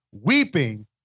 Weeping